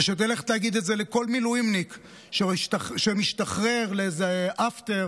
ושתלך תגיד את זה לכל מילואימניק שמשתחרר לאיזה אפטר